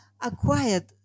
acquired